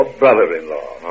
brother-in-law